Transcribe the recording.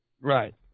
Right